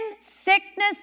sickness